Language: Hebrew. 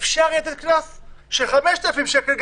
אפשר יהיה לתת עליה קנס גם של 5,000 שקל,